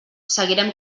seguirem